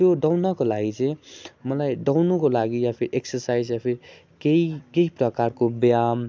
त्यो दौड्नको लागि चाहिँ मलाई दौड्नको लागि या फिर एक्ससाइज या फिर केही केही प्रकारको व्यायाम